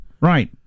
Right